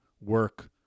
work